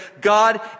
God